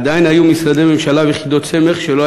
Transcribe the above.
עדיין היו משרדי ממשלה ויחידות סמך שלא